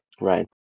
Right